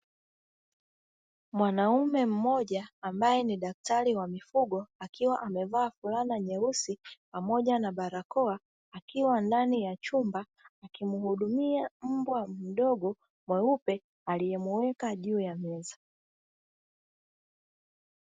Mwanaume mmoja ambaye ni daktari wa mifugo akiwa amevaa fulana nyeusi pamoja na barakoa akiwa ndani ya chumba akimuhudumia mbwa mdogo mweupe aliyemuweka juu ya meza.